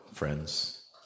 friends